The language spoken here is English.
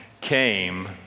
came